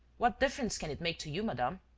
what difference can it make to you, madame?